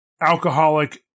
alcoholic